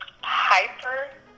Hyper